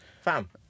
Fam